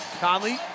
Conley